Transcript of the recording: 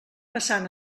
passant